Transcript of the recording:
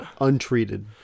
untreated